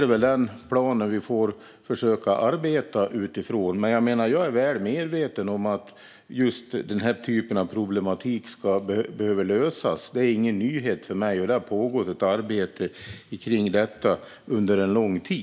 Det är den planen vi får försöka arbeta utifrån. Jag är väl medveten om att den här typen av problematik behöver lösas. Det är ingen nyhet för mig. Det har pågått ett arbete kring detta under en lång tid.